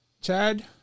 Chad